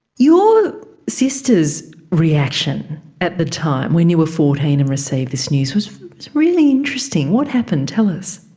your sister's reaction at the time when you were fourteen and received this news was really interesting. what happened? tell us.